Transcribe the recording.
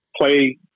play